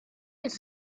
his